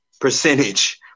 percentage